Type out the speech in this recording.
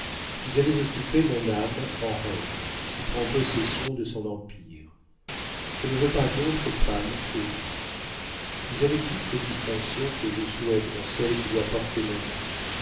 vous avez occupé mon âme en reine qui prend possession de son empire je ne veux pas d'autre femme que vous vous avez toutes les distinctions que je souhaite dans celle qui doit porter mon nom